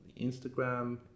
Instagram